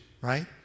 right